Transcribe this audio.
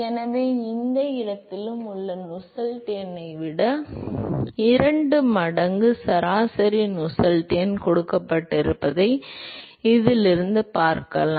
எனவே எந்த இடத்திலும் உள்ள நசெல்ட் எண்ணை விட இரண்டு மடங்கு சராசரி நுசெல்ட் எண் கொடுக்கப்பட்டிருப்பதை இதிலிருந்து பார்க்கலாம்